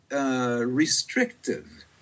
Restrictive